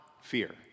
fear